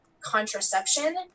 contraception